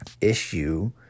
issue